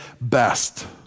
best